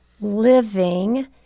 living